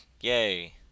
Yay